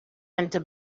into